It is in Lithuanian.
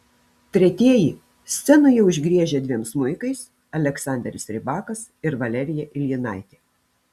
tretieji scenoje užgriežę dviem smuikais aleksanderis rybakas ir valerija iljinaitė